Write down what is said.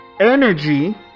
Energy